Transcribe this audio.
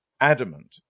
adamant